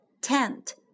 Tent